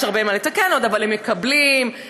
יש עוד הרבה מה לתקן אבל הם מקבלים ונענים,